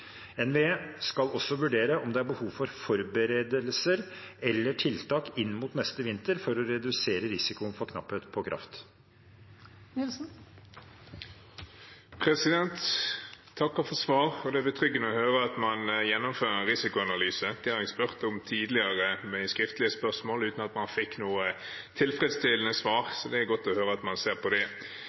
tiltak inn mot neste vinter for å redusere risikoen for knapphet på kraft. Jeg takker for svaret. Det er betryggende at man gjennomfører en risikoanalyse. Det har jeg spurt om tidligere, i skriftlig spørsmål, uten at jeg fikk noe tilfredsstillende svar, så det er godt å høre at man ser på det.